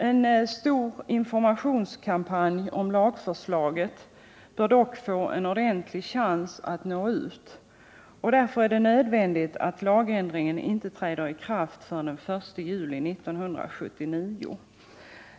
En information om lagförslaget bör dock få en ordentlig chans att nå ut, och därför är det nödvändigt att lagändringen inte träder i kraft förrän den 1 juli 1979.